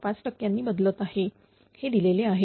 5 टक्क्यांनी बदलत आहे हे दिलेले आहे